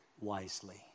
Wisely